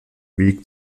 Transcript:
weg